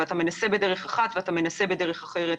ואתה מנסה בדרך אחת ומנסה בדרך אחרת.